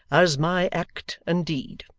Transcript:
as my act and deed.